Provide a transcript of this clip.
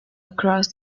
across